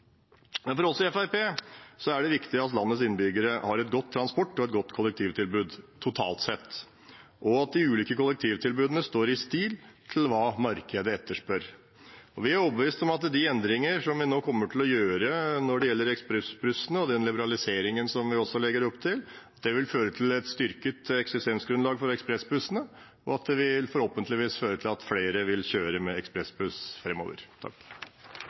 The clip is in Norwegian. For oss i Fremskrittspartiet er det viktig at landets innbyggere har et godt transport- og kollektivtilbud totalt sett, og at de ulike kollektivtilbudene står i stil med hva markedet etterspør. Vi er overbevist om at de endringer som vi nå kommer til å gjøre når det gjelder ekspressbussene, og den liberaliseringen som vi også legger opp til, vil føre til et styrket eksistensgrunnlag for ekspressbussene, og det vil forhåpentligvis føre til at flere vil kjøre med ekspressbuss